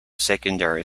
secondary